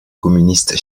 communiste